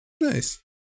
Nice